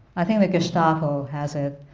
i think the gestapo has it.